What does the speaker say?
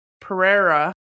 Pereira